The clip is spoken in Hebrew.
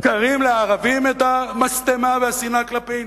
בקרים לערבים את המשטמה והשנאה כלפינו?